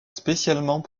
spécialement